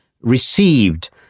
received